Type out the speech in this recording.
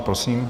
Prosím.